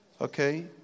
Okay